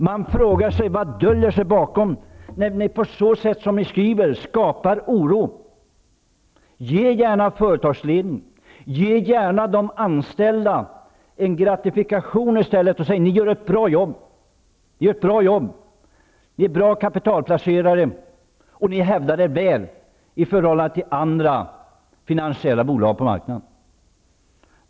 Man frågar sig: Vad döljer sig bakom det man skriver om att det ''skapar oro''? Ge gärna företagsledningen och de anställda en gratifikation i stället, och säg att ''ni gör ett bra jobb, ni är bra kapitalplacerare och ni hävdar er väl i förhållande till andra finansiella bolag på marknaden''.